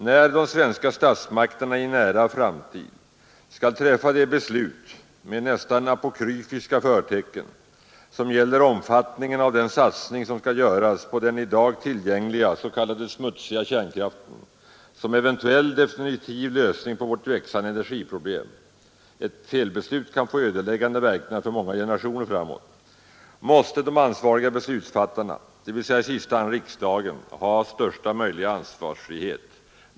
Då de svenska statsmakterna i en nära framtid skall träffa det beslut med nästan apokryfiska förtecken som gäller omfattningen av den satsning som skall göras på den i dag tillgängliga s.k. smutsiga kärnkraften som eventuell definitiv lösning av vårt växande energiproblem — ett felbeslut kan få ödeläggande verkningar för många generationer framåt — måste de ansvariga beslutsfattarna, dvs. i sista hand riksdagen, ha största möjliga handlingsfrihet.